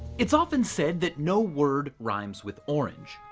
it's often said that no word rhymes with orange.